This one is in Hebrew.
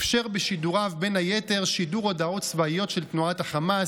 אפשר בשידוריו בין היתר שידור הודעות צבאיות של תנועת החמאס,